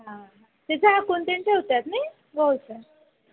हां त्याच्या कोणतेनच्या होतात नाही